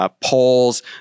polls